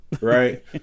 right